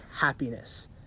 happiness